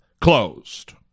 closed